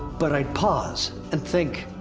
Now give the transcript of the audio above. but i'd pause and think